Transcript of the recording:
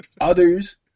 Others